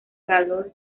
valor